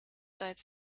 died